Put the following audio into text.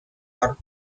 are